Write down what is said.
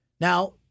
Now